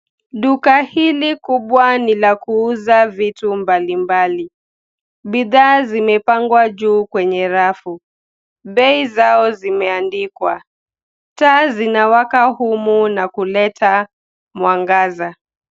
Duka hili kubwa ni la kuuza vitu mbalimbali. Bidhaa zimepangwa juu kwenye rafu. Bei zimeandikwa. Taa zinawaka humu na kuleta mwangaza.